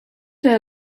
their